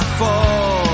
fall